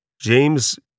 james